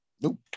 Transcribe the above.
Nope